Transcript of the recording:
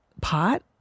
Pot